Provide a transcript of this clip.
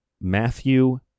Matthew